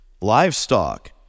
Livestock